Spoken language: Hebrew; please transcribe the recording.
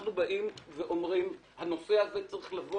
אנחנו באים ואומרים שהנושא הזה צריך לבוא